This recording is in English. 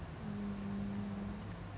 mm